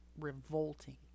revolting